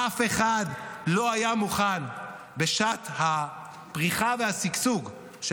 אף אחד לא היה מוכן בשעת הפריחה והשגשוג של